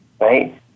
right